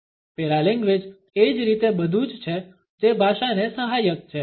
paralanguage એ જ રીતે બધું જ છે જે ભાષાને સહાયક છે